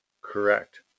Correct